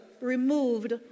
removed